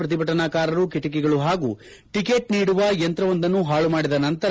ಪ್ರತಿಭಟನಾಕಾರರು ಕಿಟಕಿಗಳು ಹಾಗೂ ಟಕೆಟ್ ನೀಡುವ ಯಂತ್ರವೊಂದನ್ನು ಪಾಳುಮಾಡಿದ ನಂತರ